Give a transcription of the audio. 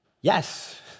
yes